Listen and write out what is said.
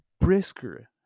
Brisker